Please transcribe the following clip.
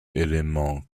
éléments